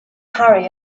harry